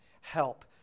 help